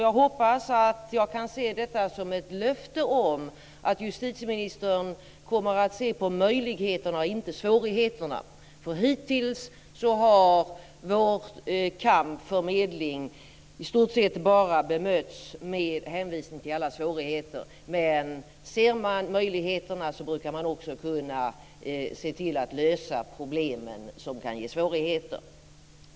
Jag hoppas att jag kan ta detta som ett löfte om att justitieministern kommer att se till möjligheterna och inte svårigheterna. Hittills har vår kamp för medling i stort sett bemötts med hänvisning till alla svårigheter. Ser man möjligheterna brukar man också kunna lösa de problem som kan ge svårigheter.